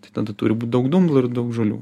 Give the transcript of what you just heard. tai tada turi būt daug dumblo ir daug žolių